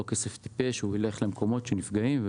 לא כסף טיפש, והוא ילך למקומות שנפגעים.